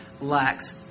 lacks